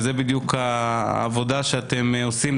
וזה בדיוק העבודה שאתם עושים,